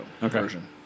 version